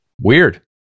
weird